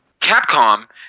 Capcom